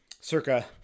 Circa